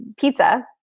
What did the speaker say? pizza